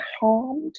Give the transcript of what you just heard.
harmed